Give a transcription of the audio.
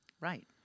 Right